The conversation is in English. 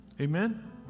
amen